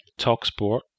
TalkSport